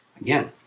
Again